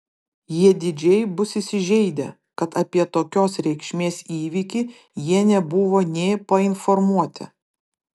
jie didžiai bus įsižeidę kad apie tokios reikšmės įvykį jie nebuvo nė painformuoti